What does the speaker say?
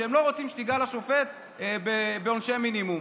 שהם לא רוצים שתיגע לשופט בעונשי מינימום.